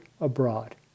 abroad